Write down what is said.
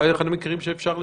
זה אולי אחד המקרים שאפשר לשכנע.